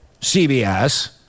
CBS